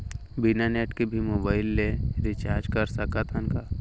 बिना नेट के भी मोबाइल ले रिचार्ज कर सकत हन का?